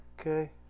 okay